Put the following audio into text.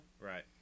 Right